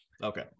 okay